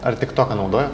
ar tiktoką naudoju